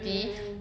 mm mm